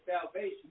salvation